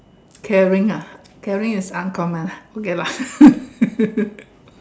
caring ah caring is uncommon ah okay lah